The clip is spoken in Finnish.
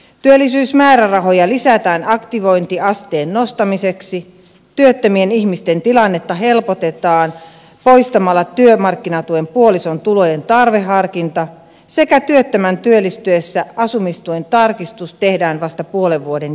työllisyysmäärärahoja lisätään aktivointiasteen nostamiseksi työttömien ihmisten tilannetta helpotetaan poistamalla työmarkkinatuen tarveharkinta puolison tulojen perusteella sekä työttömän työllistyessä asumistuen tarkistus tehdään vasta puolen vuoden jälkeen